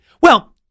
Well-